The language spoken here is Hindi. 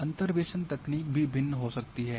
अंतर्वेसन तकनीक भी भिन्न हो सकती हैं